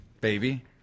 baby